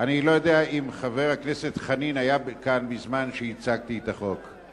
אני לא יודע אם חבר הכנסת חנין היה כאן בזמן שהצגתי את החוק.